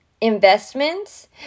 investments